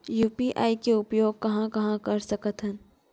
UPI के उपयोग कहां कहा कर सकत हन?